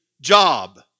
job